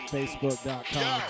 Facebook.com